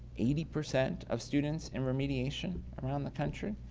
eighty percent of students in remediation around the country.